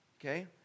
Okay